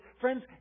friends